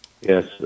yes